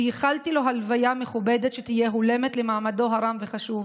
ואיחלתי לו הלוויה מכובדת שתהיה הולמת למעמדו הרם והחשוב.